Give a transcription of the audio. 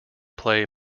play